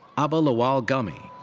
abba lawal gummi.